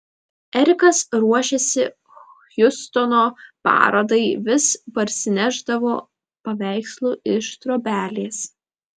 erikas ruošėsi hjustono parodai vis parsinešdavo paveikslų iš trobelės